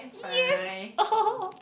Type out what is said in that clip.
yes